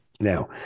Now